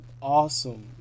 awesome